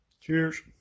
Cheers